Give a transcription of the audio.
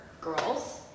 girls